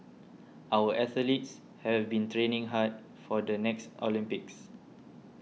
our athletes have been training hard for the next Olympics